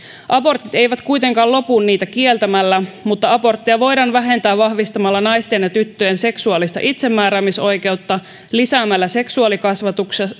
abortit eivät kuitenkaan lopu niitä kieltämällä mutta abortteja voidaan vähentää vahvistamalla naisten ja tyttöjen seksuaalista itsemääräämisoikeutta lisäämällä seksuaalikasvatusta